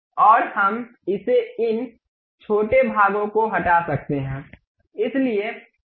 और हम इसे इन छोटे भागों को हटा सकते हैं